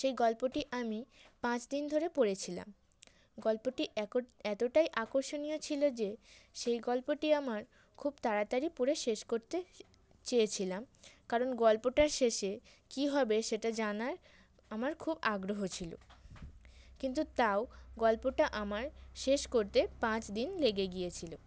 সেই গল্পটি আমি পাঁচ দিন ধরে পড়েছিলাম গল্পটি এতটাই আকর্ষণীয় ছিল যে সেই গল্পটি আমার খুব তাড়াতাড়ি পড়ে শেষ করতে চেয়েছিলাম কারণ গল্পটার শেষে কী হবে সেটা জানার আমার খুব আগ্রহ ছিল কিন্তু তাও গল্পটা আমার শেষ করতে পাঁচ দিন লেগে গিয়েছিল